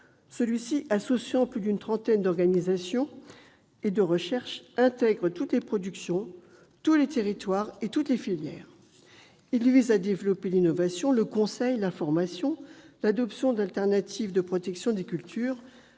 Ce contrat, associant plus d'une trentaine d'organisations agricoles et de recherche, intègre toutes les productions, tous les territoires et toutes les filières. Il vise à développer l'innovation, le conseil, la formation et l'adoption d'alternatives de protection des cultures,